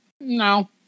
No